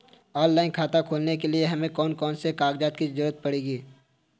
Online खाता खोलने के लिए हमें कौन कौन से कागजात की आवश्यकता पड़ेगी?